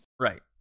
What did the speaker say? Right